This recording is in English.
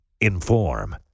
Inform